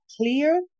clear